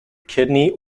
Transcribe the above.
kidney